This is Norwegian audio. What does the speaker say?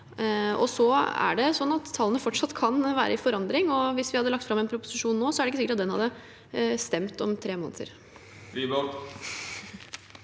Så er det sånn at tallene fortsatt kan være i forandring, og hvis vi hadde lagt fram en proposisjon nå, er det ikke sikkert at den hadde stemt om tre måneder.